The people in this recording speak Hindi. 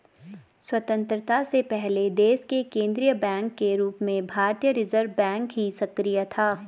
स्वतन्त्रता से पहले देश के केन्द्रीय बैंक के रूप में भारतीय रिज़र्व बैंक ही सक्रिय था